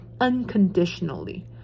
unconditionally